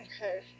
Okay